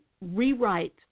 rewrite